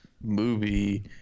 movie